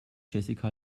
jessica